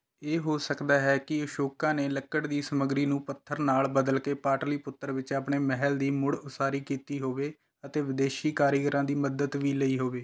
ਇਹ ਹੋ ਸਕਦਾ ਹੈ ਕਿ ਅਸ਼ੋਕਾ ਨੇ ਲੱਕੜ ਦੀ ਸਮੱਗਰੀ ਨੂੰ ਪੱਥਰ ਨਾਲ ਬਦਲ ਕੇ ਪਾਟਲੀਪੁੱਤਰ ਵਿੱਚ ਆਪਣੇ ਮਹਿਲ ਦੀ ਮੁੜ ਉਸਾਰੀ ਕੀਤੀ ਹੋਵੇ ਅਤੇ ਵਿਦੇਸ਼ੀ ਕਾਰੀਗਰਾਂ ਦੀ ਮਦਦ ਵੀ ਲਈ ਹੋਵੇ